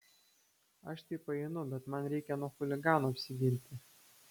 aš tai paeinu bet man reikia nuo chuliganų apsiginti